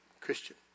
Christian